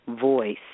voice